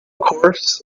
course